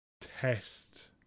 test